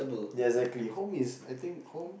exactly home is I think home